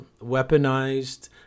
weaponized